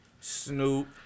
Snoop